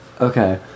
Okay